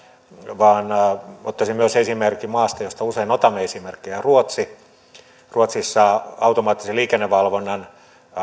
vaan ottaisin myös esimerkin maasta josta usein otamme esimerkkejä ruotsissa automaattisen liikennevalvonnan